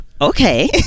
okay